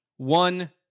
One